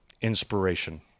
inspiration